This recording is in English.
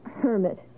hermit